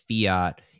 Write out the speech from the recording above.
fiat